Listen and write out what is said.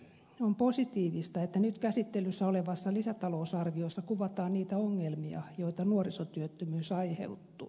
on positiivista että nyt käsittelyssä olevassa lisätalousarviossa kuvataan niitä ongelmia joita nuorisotyöttömyys aiheuttaa